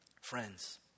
Friends